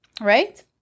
Right